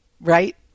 Right